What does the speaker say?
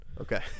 Okay